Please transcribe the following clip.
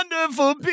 wonderful